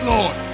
Lord